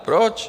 Proč?